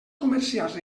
comercials